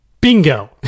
Bingo